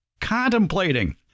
contemplating